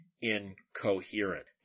incoherent